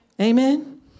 Amen